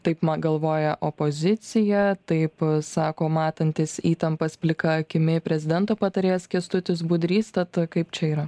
taip ma galvoje opozicija taip sako matantis įtampas plika akimi prezidento patarėjas kęstutis budrys tad kaip čia yra